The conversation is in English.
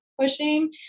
pushing